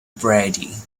brady